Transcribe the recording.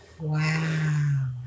Wow